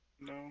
No